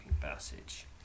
passage